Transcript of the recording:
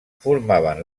formaven